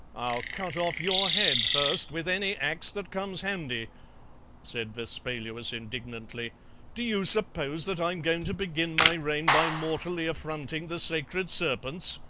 i'll cut off your head first, with any axe that comes handy said vespaluus indignantly do you suppose that i'm going to begin my reign by mortally affronting the sacred serpents?